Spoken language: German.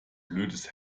blödes